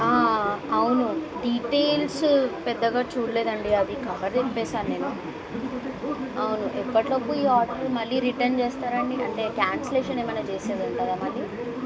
అవును డీటెయిల్స్ పెద్దగా చూడలేదు అండి అది కవర్ ఇప్పేసాను నేను అవును ఎప్పట్లోపు ఈ ఆర్డర్ మళ్ళీ రిటర్న్ చేస్తారు అండి అంటే క్యాన్సిలేషన్ ఏమైన్నా చేసేది ఉందా మళ్ళీ